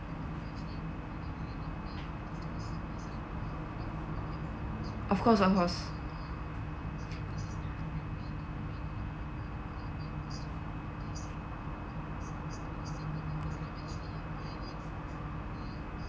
of course of course